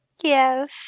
Yes